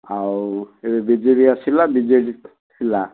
ଆଉ ଏବେ B J P ଆସିଲା ବି ଜେ ଡ଼ି ଥିଲା